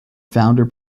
founder